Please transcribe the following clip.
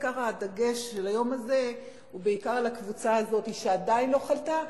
עיקר הדגש של היום הזה הוא בעיקר על הקבוצה הזו שעדיין לא חלתה,